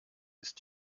ist